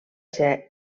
ser